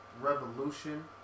Revolution